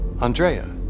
Andrea